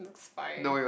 fine